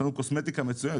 יש לנו קוסמטיקה מצוינת.